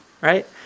right